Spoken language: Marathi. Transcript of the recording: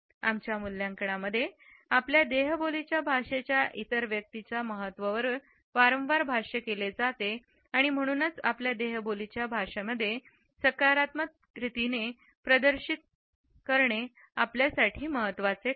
आमच्या मूल्यांकनामध्ये आपल्या देहबोली च्या भाषेच्या इतर व्यक्तीच्या महत्त्ववर वारंवार भाष्य केले जाते आणि म्हणूनच आपल्या देहबोली च्या भाषामध्ये सकारात्मक रीतीने प्रदर्शित करणे आपल्यासाठी महत्वाचे आहे